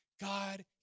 God